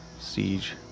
siege